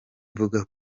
mvuga